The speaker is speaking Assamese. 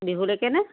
বিহুলৈকেনে